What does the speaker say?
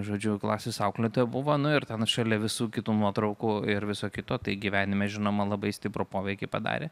žodžiu klasės auklėtoja buvo nu ir ten šalia visų kitų nuotraukų ir viso kito tai gyvenime žinoma labai stiprų poveikį padarė